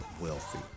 wealthy